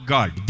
God